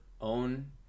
own